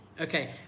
Okay